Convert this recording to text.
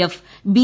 F B